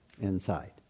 inside